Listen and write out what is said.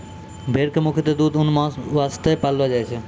भेड़ कॅ मुख्यतः दूध, ऊन, मांस वास्तॅ पाललो जाय छै